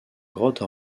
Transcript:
grottes